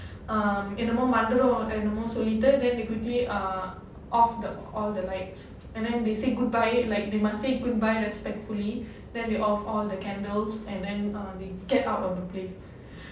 um என்னமோ மந்திரம் சொல்லிக்கிட்டு:ennamo mandhiram sollikittu then they quickly ah off the all the lights and then they say goodbye like they must say goodbye respectfully then they off all the candles and then uh they get out of the place